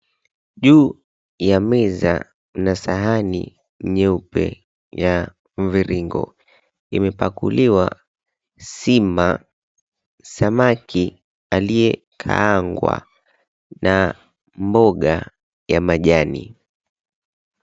Juu ya meza kuna sahani nyeupe ya mviringo imepakuliwa sima, samaki yaliyokaangwa na mboga ya majani.